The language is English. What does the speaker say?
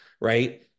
right